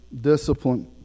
discipline